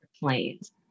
planes